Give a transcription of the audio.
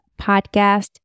podcast